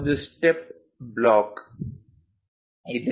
ಒಂದು step block ಇದೆ